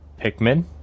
Pikmin